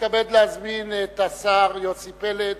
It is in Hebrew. ומתכבד להזמין את השר יוסי פלד